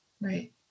right